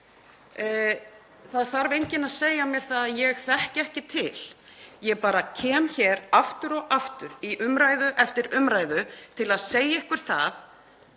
Það þarf enginn að segja mér það að ég þekki ekki til. Ég kem bara hér aftur og aftur, í umræðu eftir umræðu, til að segja ykkur að